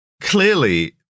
clearly